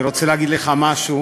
אני רוצה להגיד לך משהו.